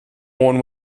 worn